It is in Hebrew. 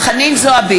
חו"ל?